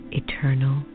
eternal